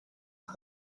摧毁